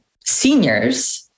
seniors